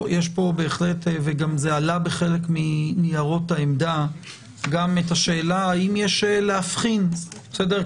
בחלק מניירות העמדה עלתה השאלה האם יש להבחין בין הודאה לראיה חפצית.